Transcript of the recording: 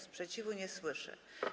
Sprzeciwu nie słyszę.